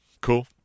cool